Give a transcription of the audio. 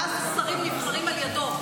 ואז שרים נבחרים על ידו,